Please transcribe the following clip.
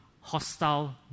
hostile